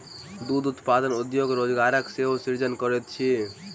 दूध उत्पादन उद्योग रोजगारक सेहो सृजन करैत अछि